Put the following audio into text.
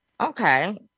Okay